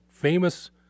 Famous